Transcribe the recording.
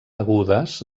agudes